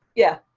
yeah.